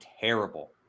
terrible